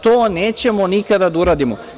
To nećemo nikada da uradimo.